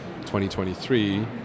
2023